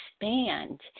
expand